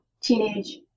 teenage